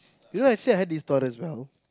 you know I said I had this thought as well